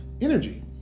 energy